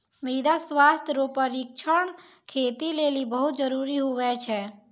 मृदा स्वास्थ्य रो परीक्षण खेती लेली बहुत जरूरी हुवै छै